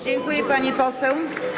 Dziękuję, pani poseł.